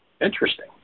interesting